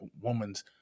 woman's